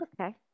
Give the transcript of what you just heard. okay